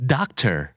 Doctor